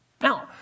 Now